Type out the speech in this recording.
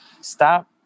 stop